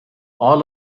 all